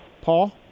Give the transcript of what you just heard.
Paul